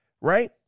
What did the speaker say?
Right